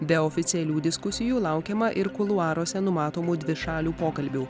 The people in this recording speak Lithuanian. be oficialių diskusijų laukiama ir kuluaruose numatomų dvišalių pokalbių